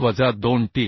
वजा 2Tf